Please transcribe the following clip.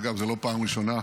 אגב, זו לא פעם ראשונה,